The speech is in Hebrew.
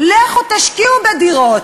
לכו תשקיעו בדירות,